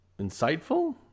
insightful